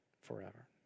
forever